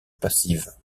passive